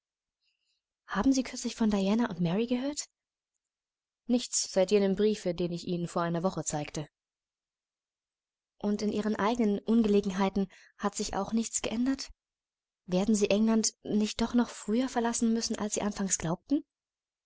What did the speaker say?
haben sie kürzlich von diana und mary gehört nichts seit jenem briefe den ich ihnen vor einer woche zeigte und in ihren eigenen angelegenheiten hat sich auch nichts geändert werden sie england nicht doch noch früher verlassen müssen als sie anfangs glaubten